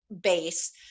base